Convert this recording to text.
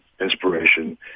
inspiration